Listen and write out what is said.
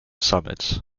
summits